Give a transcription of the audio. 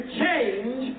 change